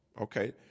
okay